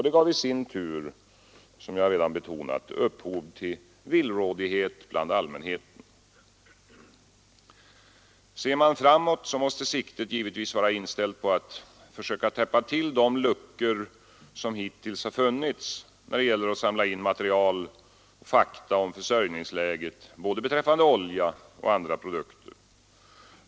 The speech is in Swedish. Det gav i sin tur, som jag redan betonat, upphov till villrådighet bland allmänheten. Ser man framåt måste siktet givetvis vara inställt på att försöka täppa till de luckor som hittills funnits när det gällt att samla in material och fakta om försörjningsläget beträffande både olja och andra produkter.